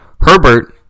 Herbert